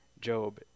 Job